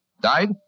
Died